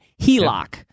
HELOC